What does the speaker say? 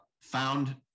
found